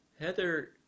Heather